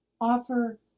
offer